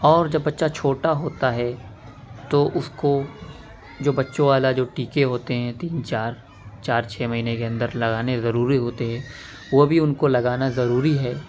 اور جب بچہ چھوٹا ہوتا ہے تو اس کو جو بچوں والا جو ٹیکے ہوتے ہیں تین چار چار چھ مہینے کے اندر لگانے ضروری ہوتے ہیں وہ بھی ان کو لگانا ضروری ہے